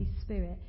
Spirit